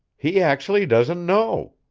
he actually doesn't know!